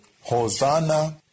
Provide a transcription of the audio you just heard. Hosanna